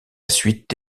suite